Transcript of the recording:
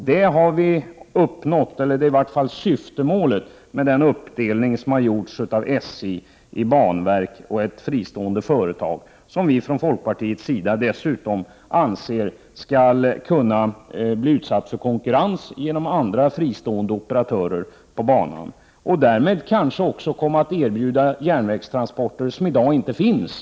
Detta är i varje fall syftemålet med den uppdelning som har gjorts av SJ i banverk och ett fristående företag. Från folkpartiets sida anser vi dessutom att det skall kunna bli konkurrens genom andra fristående operatörer på banan. Därmed kan det kanske komma att erbjudas järnvägstransporter som i dag inte finns.